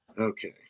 Okay